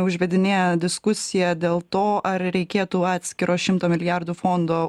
užvedinėja diskusiją dėl to ar reikėtų atskiro šimto milijardų fondo